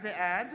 בעד